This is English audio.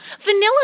Vanilla